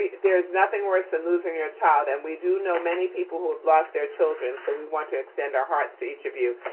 there's nothing worse than losing your child. and we do know many people who have lost their children. so we want to extend our hearts to each of you.